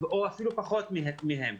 אפילו פחות מהם.